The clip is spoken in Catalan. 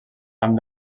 amb